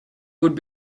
would